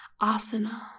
Asana